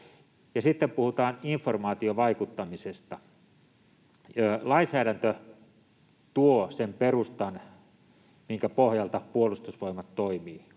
sitten puhutaan informaatiovaikuttamisesta. Lainsäädäntö tuo sen perustan, minkä pohjalta Puolustusvoimat toimii,